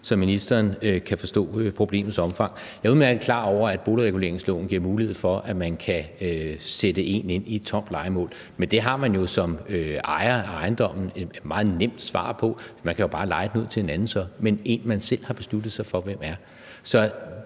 så ministeren kan forstå problemets omfang. Jeg er udmærket klar over, at boligreguleringsloven giver mulighed for, at man kan sætte en ind i et tomt lejemål. Men det har man jo som ejer af ejendommen et meget nemt svar på: Man kan jo så bare leje den ud til en anden, men en, som man selv har besluttet sig for hvem er.